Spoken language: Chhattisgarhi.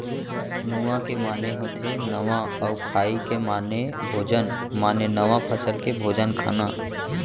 नुआ के माने होथे नवा अउ खाई के माने भोजन माने नवा फसल के भोजन खाना